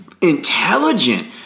intelligent